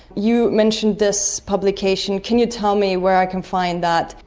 you mentioned this publication, can you tell me where i can find that?